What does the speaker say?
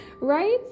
right